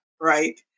Right